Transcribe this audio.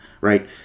right